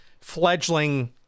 fledgling